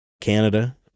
Canada